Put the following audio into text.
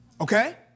Okay